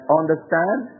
understand